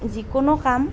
যিকোনো কাম